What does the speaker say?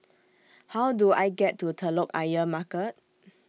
How Do I get to Telok Ayer Market